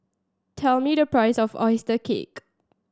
tell me the price of oyster cake